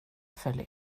följ